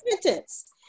sentence